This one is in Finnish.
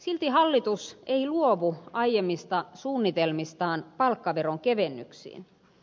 silti hallitus ei luovu aiemmista suunnitelmistaan palkkaveronkevennyksiin